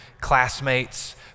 classmates